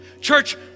Church